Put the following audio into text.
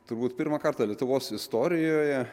turbūt pirmą kartą lietuvos istorijoje